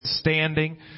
standing